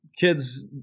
kids